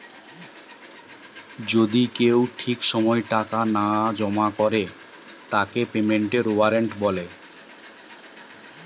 যদি কেউ ঠিক সময় টাকা না জমা করে তাকে পেমেন্টের ওয়ারেন্ট বলে